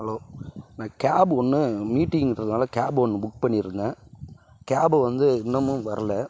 hello நான் cab ஒன்று மீட்டிங்குன்றதினால கேபு ஒன்று புக் பண்ணி இருந்தேன் கேபு வந்து இன்னமும் வரல